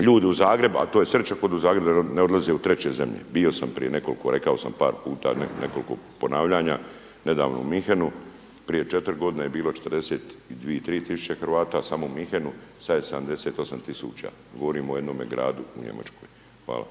ljudi u Zagreb, a to je srećom u Zagreb da ne odlaze u treće zemlje. Bio sam prije nekoliko, rekao sam par puta u nekoliko ponavljanja, nedavno u Munchenu, prije 4 godine je bilo 42-43000 Hrvata samo u Munchenu, sada je 78000, govorimo o jednome gradu u Njemačkoj. Hvala.